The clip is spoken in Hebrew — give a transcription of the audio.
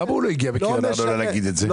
למה הוא לא הגיע בקרן הארנונה להגיד את זה?